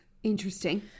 Interesting